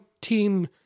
team